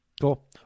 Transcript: Cool